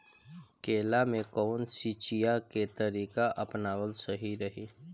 केला में कवन सिचीया के तरिका अपनावल सही रही?